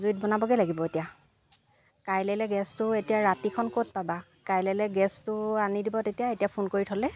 জুইত বনাবগই লাগিব এতিয়া কাইলেলৈ গেছটো এতিয়া ৰাতিখন ক'ত পাবা কাইলেলৈ গেছটো আনি দিব এতিয়া ফোন কৰি থ'লে